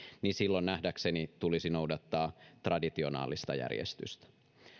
niin silloin nähdäkseni tulisi noudattaa traditionaalista järjestystä